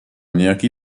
nějaký